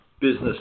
business